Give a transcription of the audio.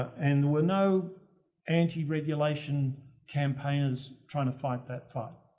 and were no anti-regulation campaigners trying to fight that fight.